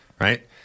right